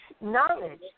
knowledge